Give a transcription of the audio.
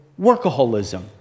workaholism